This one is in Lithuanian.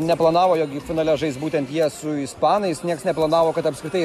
neplanavo jog finale žais būtent jie su ispanais niekas neplanavo kad apskritai